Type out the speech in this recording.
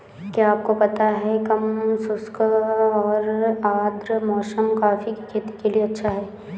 क्या आपको पता है कम शुष्क और आद्र मौसम कॉफ़ी की खेती के लिए अच्छा है?